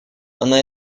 она